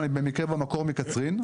אני במקרה במקור מקצרין,